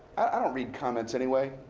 i don't read comments anyway.